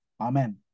Amen